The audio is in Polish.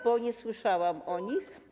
Bo nie słyszałam o nich.